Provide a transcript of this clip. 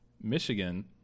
michigan